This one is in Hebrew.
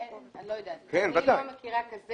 אני לא מכירה דבר כזה,